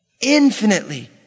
infinitely